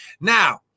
Now